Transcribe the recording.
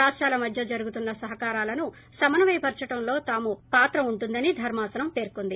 రాష్టాల మధ్య జరుగుతున్న సహకారాలను సమన్నయ పరచడంలో తమ పాత్ర ఉంటుందని ధర్మాసనం పేర్చింది